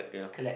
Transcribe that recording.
correct